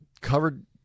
covered